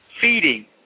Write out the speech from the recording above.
feeding